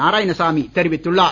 நாராயணசாமி தெரிவித்துள்ளார்